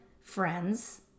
friends